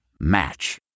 Match